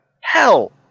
Hell